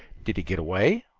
did he get away?